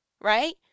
right